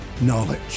knowledge